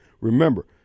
remember